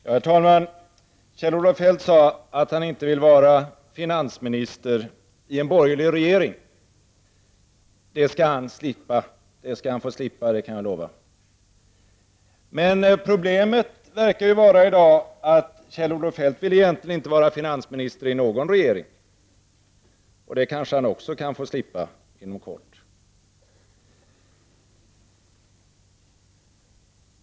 Herr talman! Kjell-Olof Feldt sade att han inte vill vara finansminister i en borgerlig regering. Det kan jag lova att han skall få slippa. Men problemet verkar i dag vara att Kjell-Olof Feldt inte vill vara finansminister i någon regering. Det kanske han också kan få slippa inom kort.